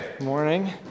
Morning